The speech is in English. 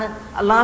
Allah